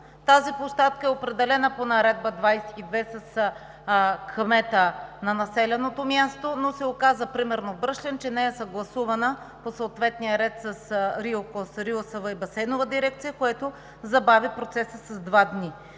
тази площадка е определена по Наредба № 22 с кмета на населеното място, но се оказа например в Бръшлен, че не е съгласувана по съответния ред с РИОКОЗ, РИОСВ и Басейнова дирекция, което забави процеса с два дни.